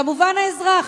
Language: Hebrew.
כמובן האזרח.